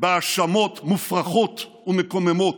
בהאשמות מופרכות ומקוממות.